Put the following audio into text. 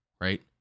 right